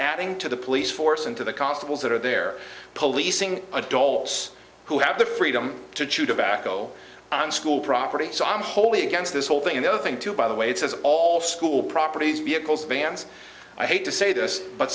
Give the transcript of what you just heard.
adding to the police force into the constables that are there policing adults who have the freedom to chew tobacco on school property so i'm wholly against this whole thing the other thing too by the way it says it all school properties vehicles bans i hate to say this but